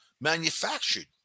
Manufactured